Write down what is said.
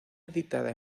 editada